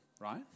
right